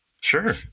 sure